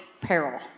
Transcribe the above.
peril